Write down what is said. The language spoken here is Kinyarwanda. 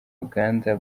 uganda